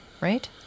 right